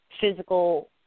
physical